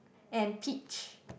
and peach